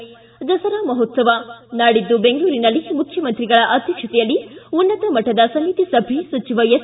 ದಿದ ದಸರಾ ಮಹೋತ್ಸವ ನಾಡಿದ್ದು ಬೆಂಗಳೂರಿನಲ್ಲಿ ಮುಖ್ಯಮಂತ್ರಿಗಳ ಅಧ್ಯಕ್ಷತೆಯಲ್ಲಿ ಉನ್ನತ ಮಟ್ಟದ ಸಮಿತಿ ಸಭೆ ಸಚಿವ ಎಸ್